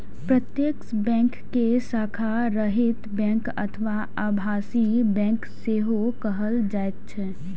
प्रत्यक्ष बैंक कें शाखा रहित बैंक अथवा आभासी बैंक सेहो कहल जाइ छै